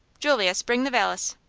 julius, bring the valise.